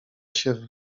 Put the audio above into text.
się